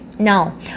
No